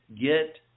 get